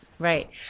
Right